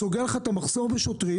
סוגר לך את המחסור בשוטרים,